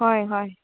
ꯍꯣꯏ ꯍꯣꯏ